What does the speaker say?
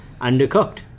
undercooked